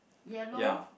yellow